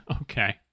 Okay